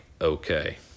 okay